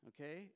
Okay